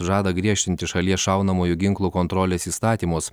žada griežtinti šalies šaunamųjų ginklų kontrolės įstatymus